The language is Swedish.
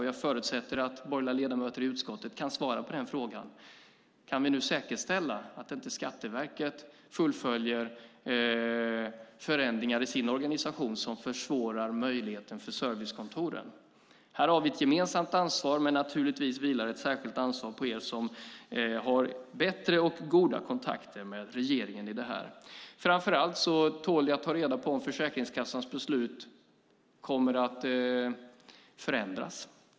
Och jag förutsätter att borgerliga ledamöter i utskottet kan svara på frågan: Kan vi nu säkerställa att Skatteverket inte fullföljer förändringar i sin organisation som försvårar möjligheten för servicekontoren? Här har vi ett gemensamt ansvar, men naturligtvis vilar ett särskilt ansvar på er som har bättre och goda kontakter med regeringen i fråga om det här. Framför allt tål det att ta reda på om Försäkringskassans beslut kommer att förändras.